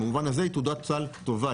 במובן הזה היא תעודת סל טובה,